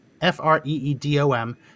F-R-E-E-D-O-M